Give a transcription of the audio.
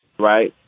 right.